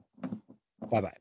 Bye-bye